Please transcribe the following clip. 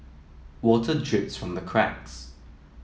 water drips from the cracks